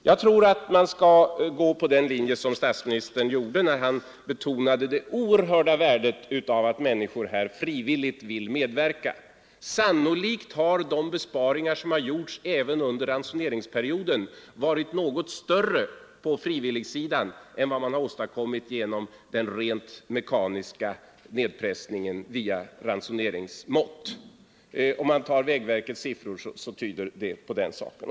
Jag tror att man skall följa statsministerns linje när han betonar det oerhörda värdet av att människor frivilligt vill medverka. Sannolikt har de besparingar som gjorts även under ransoneringsperioden varit något större på frivilligsidan än vad som har åstadkommits genom den rent mekaniska nedpressningen via ransoneringsmått. Vägverkets siffror tyder på den saken.